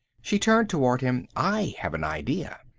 she turned toward him. i have an idea.